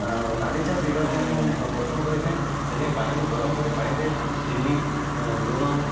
ଆଁ ନାଲି ଚାହା ପିଇବାକୁ ମଧ୍ୟ ମୁଁ ଭ ପସନ୍ଦ କରିଥାଏ ସେଥିପାଇଁ ପାଣିକୁ ଗରମ କରେ ପାଣିରେ ଚିନି ଲୁଣ